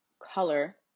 color